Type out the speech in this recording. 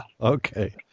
Okay